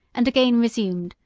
and again resumed,